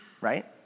right